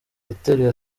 yateruye